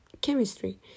chemistry